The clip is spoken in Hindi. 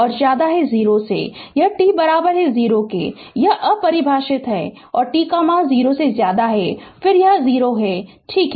यह t 0 है यह अपरिभाषित है और t 0 फिर से यह 0 है ठीक है